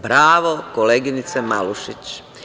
Bravo, koleginice Malušić.